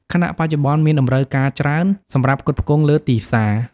ខណៈបច្ចុប្បន្នមានតម្រូវការច្រើន សម្រាប់ផ្គត់ផ្គង់លើទីផ្សារ។